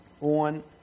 on